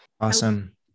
Awesome